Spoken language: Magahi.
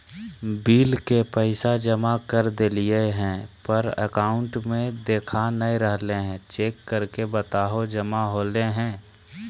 बिल के पैसा जमा कर देलियाय है पर अकाउंट में देखा नय रहले है, चेक करके बताहो जमा होले है?